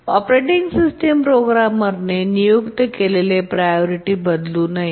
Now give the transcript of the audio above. operating system प्रोग्रामरने नियुक्त केलेले प्रायोरिटी बदलू नये